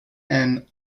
and